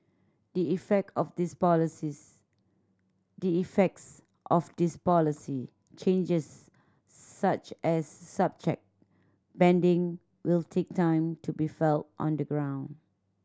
the effect of these policies the effects of these policy changes such as subject banding will take time to be felt on the ground